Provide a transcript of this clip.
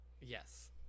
Yes